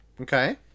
Okay